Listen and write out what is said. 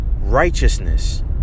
righteousness